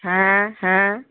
হ্যাঁ হ্যাঁ